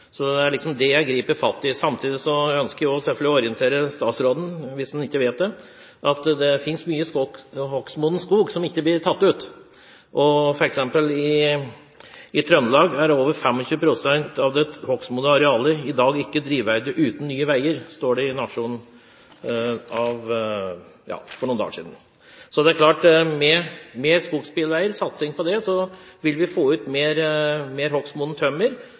Det er dette jeg griper fatt i. Samtidig ønsker jeg også å orientere statsråden om – hvis han ikke vet det – at det finnes mye hogstmoden skog som ikke blir tatt ut. For eksempel sto det i Nationen lørdag 28. april: «I Trøndelag er over 25 prosent av det hogstmodne arealet i dag ikke drivverdig uten nye veier.» Med mer satsing på skogsbilveier vil vi få ut mer tømmer fra hogstmoden skog. Vi vil pleie skogen på en mye bedre måte. Vi vil få